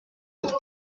with